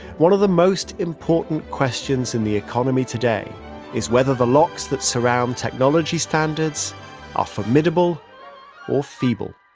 one of the most important questions in the economy today is whether the locks that surround technology standards are formidable or feeble